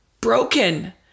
broken